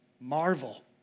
marvel